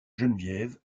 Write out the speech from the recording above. geneviève